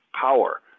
power